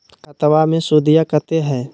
खतबा मे सुदीया कते हय?